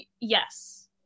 yes